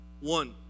one